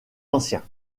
anciens